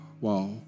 Wow